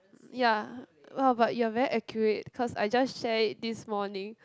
ya ah but you are very accurate cause I just share it this morning